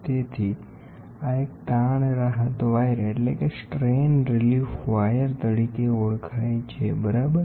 તેથી આ એક સ્ટ્રેન રીલિફ વાયર તરીકે ઓળખાય છે બરાબર